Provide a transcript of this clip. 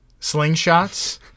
slingshots